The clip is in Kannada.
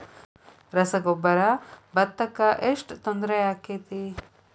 ರಸಗೊಬ್ಬರ, ಭತ್ತಕ್ಕ ಎಷ್ಟ ತೊಂದರೆ ಆಕ್ಕೆತಿ?